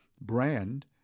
brand